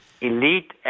Elite